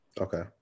okay